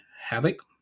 Havoc